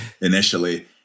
initially